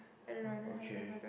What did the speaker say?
uh okay